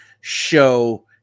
show